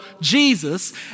Jesus